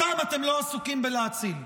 אותן אתם לא עסוקים בלהציל.